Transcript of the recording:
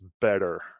better